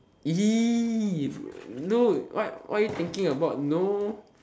no what are you thinking about no